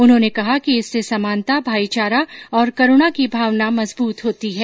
उन्होंने कहा कि इससे समानता भाईचारा और करुणा की भावना मजबूत होती है